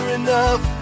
enough